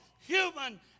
human